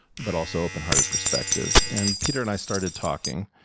but also open-hearted perspective. and peter and i started talking.